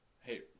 hey